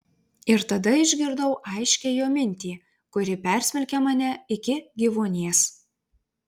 ir tada išgirdau aiškią jo mintį kuri persmelkė mane iki gyvuonies